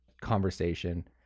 conversation